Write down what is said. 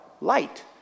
light